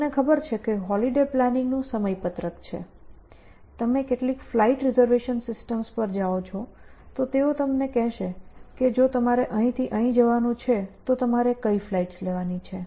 તમને ખબર છે કે હોલીડે પ્લાનિંગ નું સમયપત્રક છે તમે કેટલીક ફ્લાઇટ રિઝર્વેશન સિસ્ટમ્સ પર જાઓ છો તેઓ તમને કહેશે કે જો તમારે અહીંથી અહીં જવાનું છે તો તમારે કઈ ફ્લાઇટ્સ લેવાની છે